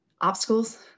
obstacles